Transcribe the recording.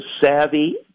savvy